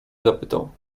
zapytał